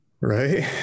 Right